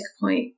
point